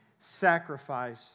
sacrifice